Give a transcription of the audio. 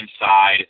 inside